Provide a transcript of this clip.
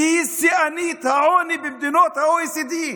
שהיא שיאנית העוני במדינות ה-OECD,